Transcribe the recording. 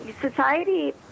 society